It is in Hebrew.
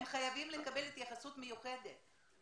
הם חייבים לקבל התייחסות מיוחדת.